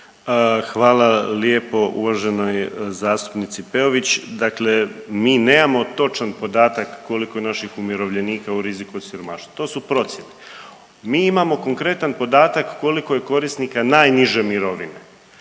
Hvala lijepo uvaženoj zastupnici Peović. Dakle, mi nemamo točan podatak koliko je naših umirovljenika u riziku od siromaštva. To su procjene. Mi imamo konkretan podatak koliko je korisnika najniže mirovine.